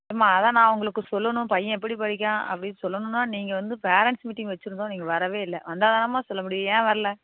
எம்மா அதுதான் நான் உங்களுக்கு சொல்லணும் பையன் எப்படி படிக்கான் அப்படினு சொல்லணும்னா நீங்கள் வந்து ஃபேரண்ட்ஸ் மீட்டிங் வச்சுருந்தோம் நீங்கள் வரவேயில்ல வந்தால் தானம்மா சொல்லமுடியும் ஏன் வரல